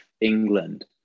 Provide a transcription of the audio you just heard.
England